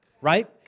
right